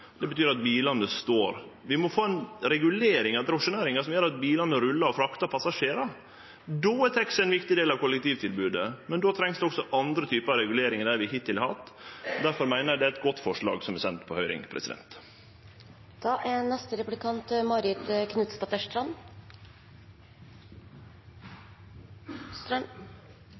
Det betyr at bilane står. Vi må få ei regulering av drosjenæringa som gjer at bilane rullar og fraktar passasjerar. Då er taxi ein viktig del av kollektivtilbodet, men då trengst det også andre typar regulering enn dei vi hittil har hatt. Difor meiner eg det er eit godt forslag som er sendt på høyring.